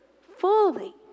fully